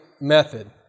method